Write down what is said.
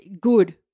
good